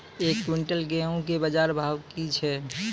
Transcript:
एक क्विंटल गेहूँ के बाजार भाव की छ?